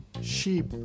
sheep